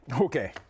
Okay